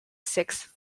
sixth